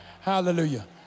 Hallelujah